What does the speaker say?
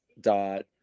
dot